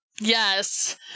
Yes